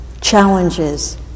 challenges